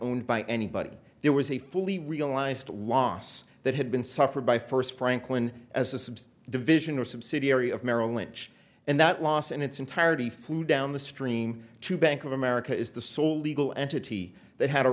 owned by anybody there was a fully realized loss that had been suffered by first franklin as a subsea division or subsidiary of merrill lynch and that loss in its entirety flew down the stream to bank of america is the sole legal entity that had a